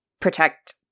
protect